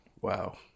wow